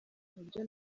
buryo